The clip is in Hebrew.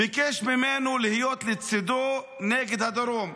וביקש ממנו להיות לצידו נגד הדרום.